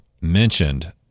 Mentioned